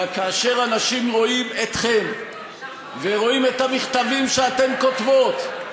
כאשר אנשים רואים אתכן ורואים את המכתבים שאתן כותבות,